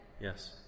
Yes